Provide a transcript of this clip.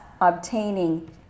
obtaining